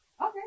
Okay